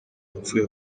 wapfuye